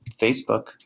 Facebook